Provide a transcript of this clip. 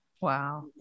Wow